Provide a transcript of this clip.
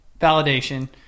validation